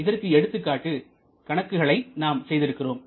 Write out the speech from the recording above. இதற்கு எடுத்துக்காட்டு கணக்குகளை நாம் செய்திருக்கிறோம்